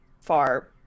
far